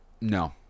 No